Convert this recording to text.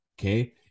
okay